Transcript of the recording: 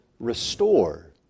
restore